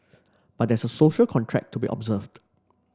but there's social contract to be observed